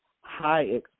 high